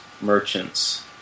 merchants